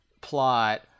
plot